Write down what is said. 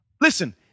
Listen